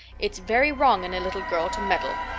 it's very wrong in a little girl to meddle.